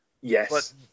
Yes